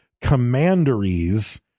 commanderies